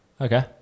okay